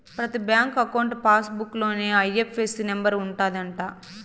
ప్రతి bank account passbook లోనే IFSC number ఉంటది అంట